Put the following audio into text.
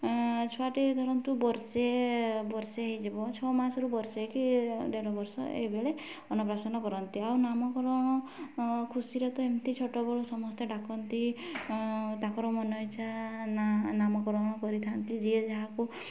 ଛୁଆଟି ଧରନ୍ତୁ ବର୍ଷେ ବର୍ଷେ ହୋଇଯିବ ଛଅ ମାସରୁ ବର୍ଷେ କି ଦେଢ଼ ବର୍ଷ ଏଇ ବେଳେ ଅନ୍ନପ୍ରଶାନ କରନ୍ତି ଆଉ ନାମକରଣ ଖୁସିରେ ତ ଏମିତି ଛୋଟ ବେଳୁ ସମସ୍ତେ ଡାକନ୍ତି ତାଙ୍କର ମନ ଇଚ୍ଛା ନାଁ ନାମକରଣ କରିଥାନ୍ତି ଯିଏ ଯାହାକୁ